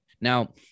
Now